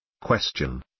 Question